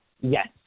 Yes